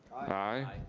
aye.